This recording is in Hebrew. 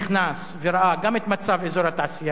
גם את מצב אזור התעשייה וגם את הכניסה,